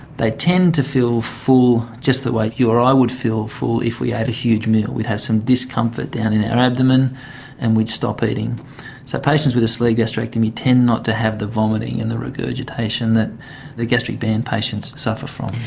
they tend to feel full just the way you or i would feel full if we ate a huge meal. we'd have some discomfort down in our abdomen and we'd stop eating. so patients with a sleeve gastrectomy tend not to have the vomiting and the regurgitation that the gastric band patients suffer from.